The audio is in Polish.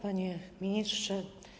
Panie Ministrze!